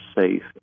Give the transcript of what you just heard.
safe